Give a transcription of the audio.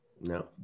No